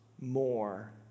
more